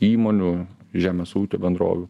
įmonių žemės ūkio bendrovių